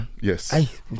Yes